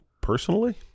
personally